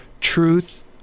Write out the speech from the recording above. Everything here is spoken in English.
truth